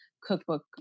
cookbook